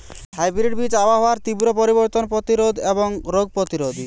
hybrid বীজ আবহাওয়ার তীব্র পরিবর্তন প্রতিরোধী এবং রোগ প্রতিরোধী